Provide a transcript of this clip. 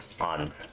on